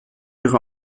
ihre